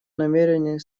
намерены